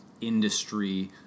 industry